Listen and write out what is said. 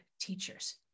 teachers